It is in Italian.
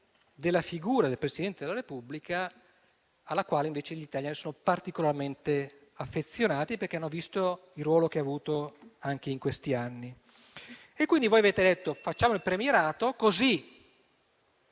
della figura del Presidente della Repubblica, alla quale invece gli italiani sono particolarmente affezionati perché hanno visto il ruolo che ha avuto anche in questi anni. Quindi avete detto: facciamo il premierato, così